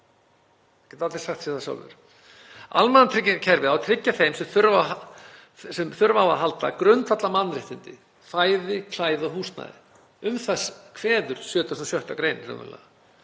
Það geta allir sagt sér það sjálfir. Almannatryggingakerfið á að tryggja þeim sem þurfa á að halda grundvallarmannréttindi; fæði, klæði og húsnæði. 76. gr. kveður raunverulega